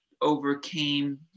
overcame